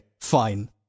fine